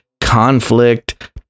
conflict